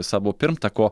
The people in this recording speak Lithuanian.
savo pirmtako